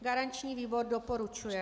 Garanční výbor doporučuje.